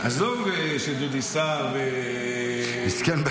עזוב שדודי שר --- מסכן,